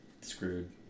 screwed